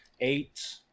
Eight